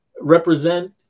represent